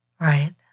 Right